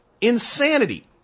insanity